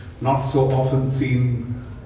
not-so-often-seen